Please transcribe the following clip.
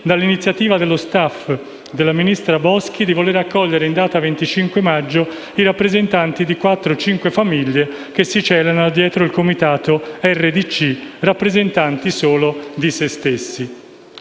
dalla iniziativa dello *staff* della ministra Boschi di voler accogliere in data 25 maggio i rappresentanti di 4-5 famiglie che si celano dietro il Comitato RDC, rappresentanti» solo «di se stessi».